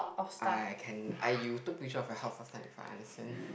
I can I you took the speeches of your house before you understand